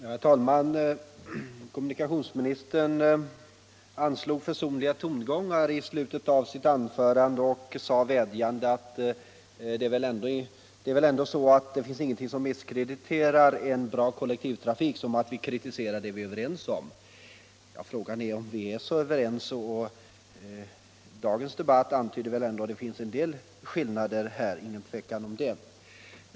Herr talman! Kommunikationsministern anslog försonliga tongångar i slutet av sitt anförande och sade vädjande att det inte finns någonting som misskrediterar en bra kollektivtrafik så mycket som att vi kritiserar det vi är överens om. Ja, frågan är om vi är så överens. Dagens debatt säger väl ändå att det finns en del skillnader här. Det är knappast något tvivel om det.